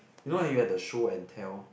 you know like you have the show and tell